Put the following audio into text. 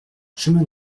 chemin